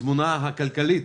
התמונה הכלכלית